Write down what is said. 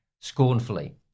scornfully